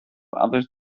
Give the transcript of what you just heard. others